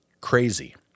Crazy